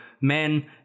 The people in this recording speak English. men